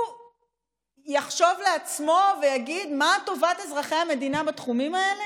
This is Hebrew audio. הוא יחשוב לעצמו ויגיד: מה טובת אזרחי המדינה בתחומים האלה?